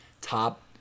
top